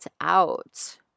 out